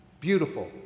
Beautiful